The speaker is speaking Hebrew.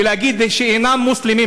להגיד שהם אינם מוסלמים,